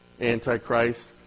Antichrist